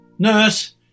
Nurse